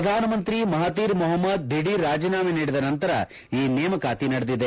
ಪ್ರಧಾನಮಂತ್ರಿ Mahathir Mohamad ದಿಧೀರ್ ರಾಜೀನಾಮೆ ನೀದಿದ ನಂತರ ಈ ನೇಮಕಾತಿ ನಡೆದಿದೆ